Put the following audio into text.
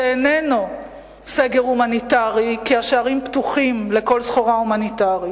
שאיננו סגר הומניטרי כי השערים פתוחים לכל סחורה הומניטרית.